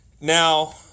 Now